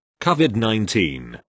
COVID-19